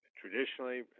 Traditionally